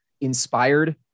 inspired